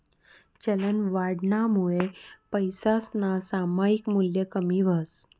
चलनवाढनामुये पैसासनं सामायिक मूल्य कमी व्हस